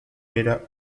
era